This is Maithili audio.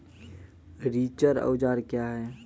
रिचर औजार क्या हैं?